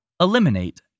Eliminate